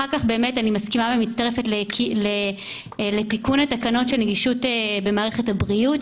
אחר כך --- לתיקון תקנות של נגישות במערכת הבריאות,